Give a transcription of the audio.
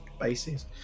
bases